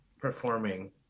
performing